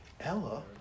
Ella